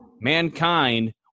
Mankind